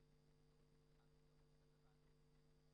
ברוכים הבאים לוועדת העלייה,